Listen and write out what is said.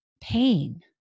pain